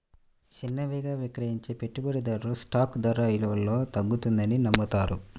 చిన్నవిగా విక్రయించే పెట్టుబడిదారులు స్టాక్ ధర విలువలో తగ్గుతుందని నమ్ముతారు